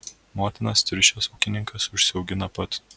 motinas triušes ūkininkas užsiaugina pats